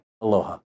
Aloha